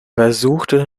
besuchte